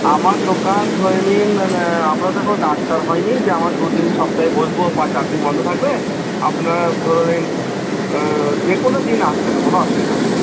আমার দোকান ধরে নিন মানে আমরা তো এখনো ডাক্তার হইনি যে আমার দু দিন সপ্তাহে বসব বা চারদিন বন্ধ থাকবে আপনার ধরে নিন যে কোনোদিন আসবেন কোনো অসুবিধা নেই